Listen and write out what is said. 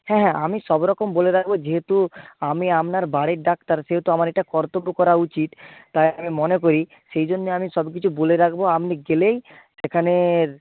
হ্যাঁ হ্যাঁ আমি সব রকম বলে রাখবো যেহেতু আমি আপনার বাড়ির ডাক্তার সেহেতু আমার এটা কর্তব্য করা উচিত তাই আমি মনে করি সেই জন্যে আমি সব কিছু বলে রাখবো আপনি গেলেই সেখানে